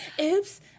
Oops